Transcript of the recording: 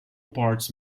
parts